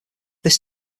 this